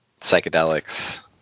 psychedelics